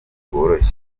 bworoshye